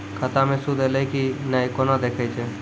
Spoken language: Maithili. खाता मे सूद एलय की ने कोना देखय छै?